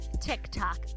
TikTok